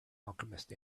alchemist